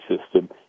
system